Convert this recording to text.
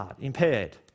impaired